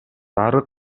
ары